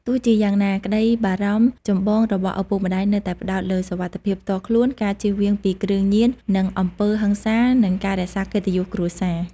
ទោះជាយ៉ាងណា ក្តីបារម្ភចម្បងរបស់ឪពុកម្តាយនៅតែផ្តោតលើ សុវត្ថិភាពផ្ទាល់ខ្លួន ការជៀសវាងពី គ្រឿងញៀន និង អំពើហិង្សា និងការរក្សា កិត្តិយសគ្រួសារ ។